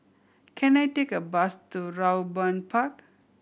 can I take a bus to Raeburn Park